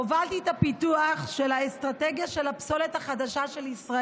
הובלתי את הפיתוח של האסטרטגיה החדשה של הפסולת בישראל,